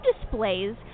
displays